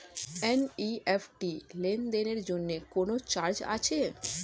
NEFT লেনদেনের জন্য কোন চার্জ আছে?